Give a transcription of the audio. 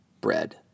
bread